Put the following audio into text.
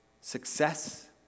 success